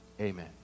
Amen